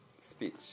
speech